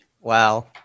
Wow